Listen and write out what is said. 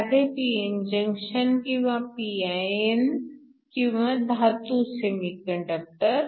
साधे pn junction किंवा pin किंवा धातू सेमीकंडक्टर